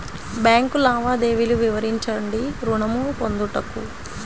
Bank లావాదేవీలు వివరించండి ఋణము పొందుటకు?